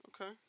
okay